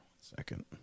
second